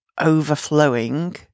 overflowing